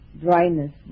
dryness